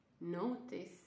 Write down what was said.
notice